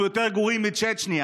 אנחנו יותר גרועים מצ'צ'ניה.